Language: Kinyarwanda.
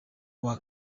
kuwa